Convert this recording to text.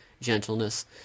gentleness